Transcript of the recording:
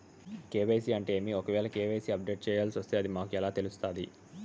KYC అంటే ఏమి? ఒకవేల కె.వై.సి అప్డేట్ చేయాల్సొస్తే అది మాకు ఎలా తెలుస్తాది?